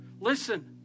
listen